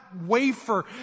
wafer